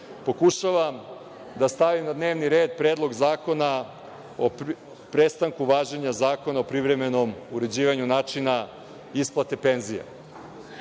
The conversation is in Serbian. pokušavam da stavim na dnevni red Predlog zakona o prestanku važenja Zakona o privremenom uređivanju načina isplate penzija. Ovome